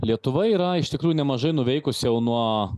lietuva yra iš tikrųjų nemažai nuveikusi jau nuo